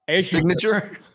Signature